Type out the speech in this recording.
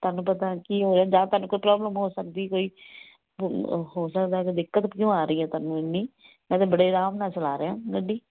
ਤੁਹਾਨੂੰ ਪਤਾ ਕੀ ਹੋਇਆ ਜਾਂ ਤੁਹਾਨੂੰ ਕੋਈ ਪ੍ਰੋਬਲਮ ਹੋ ਸਕਦੀ ਕੋਈ ਹੋ ਸਕਦਾ ਕੋਈ ਦਿੱਕਤ ਕਿਉਂ ਆ ਰਹੀ ਹੈ ਤੁਹਾਨੂੰ ਇੰਨੀ ਮੈਂ ਤਾਂ ਬੜੇ ਆਰਾਮ ਨਾਲ ਚਲਾ ਰਿਹਾ ਗੱਡੀ